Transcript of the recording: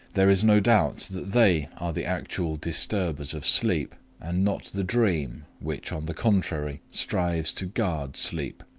there is no doubt that they are the actual disturbers of sleep, and not the dream, which, on the contrary, strives to guard sleep.